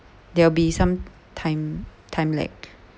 there will be some time time lag